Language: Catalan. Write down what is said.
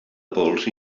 pols